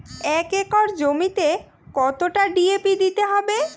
এক একর জমিতে কতটা ডি.এ.পি দিতে হবে?